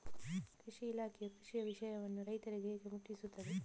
ಕೃಷಿ ಇಲಾಖೆಯು ಕೃಷಿಯ ವಿಷಯವನ್ನು ರೈತರಿಗೆ ಹೇಗೆ ಮುಟ್ಟಿಸ್ತದೆ?